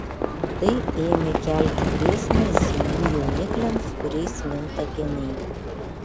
tai ėmė kelti grėsmę zylių jaunikliams kuriais minta geniai